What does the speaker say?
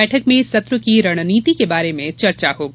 बैठक में सत्र की रणनीति के बारे में चर्चा होगी